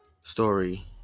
story